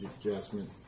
adjustment